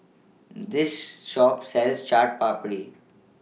This Shop sells Chaat Papri